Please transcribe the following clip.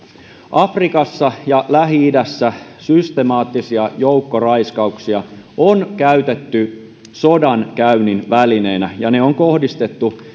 afrikassa ja lähi idässä systemaattisia joukkoraiskauksia on käytetty sodankäynnin välineenä ja ne on kohdistettu